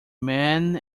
man